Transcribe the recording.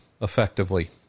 effectively